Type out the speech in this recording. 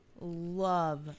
love